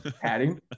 padding